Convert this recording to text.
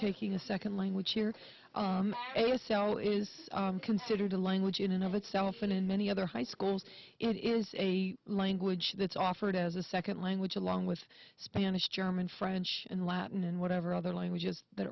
taking a second language here a s l is considered a language in and of itself and in many other high schools it is a language that's offered as a second language along with spanish german french and latin and whatever other languages that